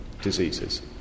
diseases